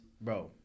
bro